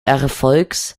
erfolgs